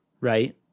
right